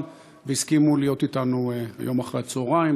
והסכימו להיות אתנו היום אחר-הצהריים,